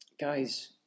Guys